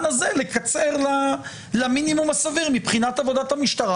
הזה למינימום הסביר מבחינת עבודת המשטרה,